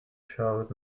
showed